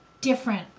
different